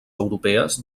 europees